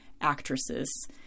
actresses